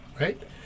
right